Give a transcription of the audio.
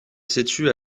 situe